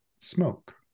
smoke